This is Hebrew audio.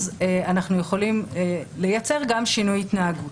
אז אנחנו יכולים לייצר גם שינוי התנהגות.